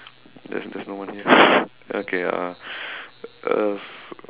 there's there's no one here okay uh uh